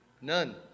None